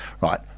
right